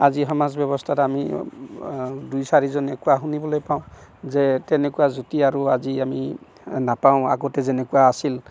আজি সমাজ ব্যৱস্থাত আমি দুই চাৰিজনে কোৱা শুনিবলৈ পাওঁ যে তেনেকুৱা জুতি আৰু আজি আমি নাপাওঁ আগতে যেনেকুৱা আছিল